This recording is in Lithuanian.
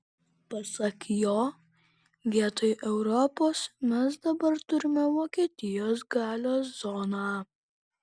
pasak jo vietoj europos mes dabar turime vokietijos galios zoną